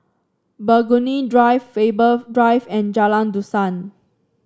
Burgundy Drive Faber Drive and Jalan Dusan